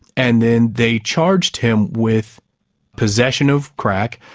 and then they charged him with possession of crack,